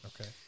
Okay